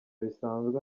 bisanzwe